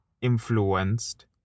influenced